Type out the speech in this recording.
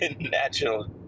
natural